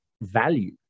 value